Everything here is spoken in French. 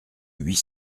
huit